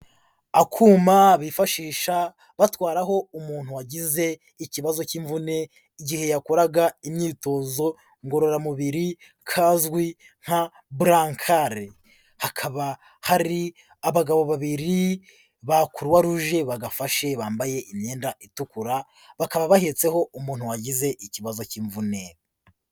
Akuma bifashisha batwaraho umuntu wagize ikibazo cy'imvune igihe yakoraga imyitozo ngororamubiri kazwi nka burankale. Hakaba hari abagabo babiri ba kuruwa ruje bagafashe bambaye imyenda itukura bakaba bahetseho umuntu wagize ikibazo cy'imvune.